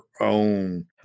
own